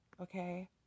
okay